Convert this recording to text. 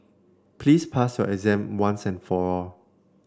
please pass your exam once and for all